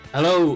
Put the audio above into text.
Hello